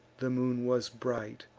the moon was bright,